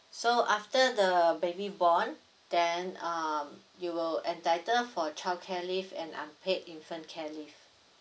so after the baby born then um you will entitle for childcare leave and unpaid infant care leave